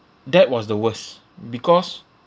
that was the worst because